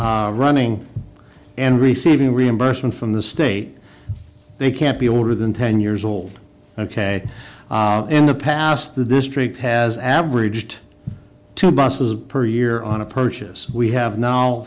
running and receiving reimbursement from the state they can't be older than ten years old ok in the past the district has averaged two buses per year on a purchase we have now